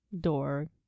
door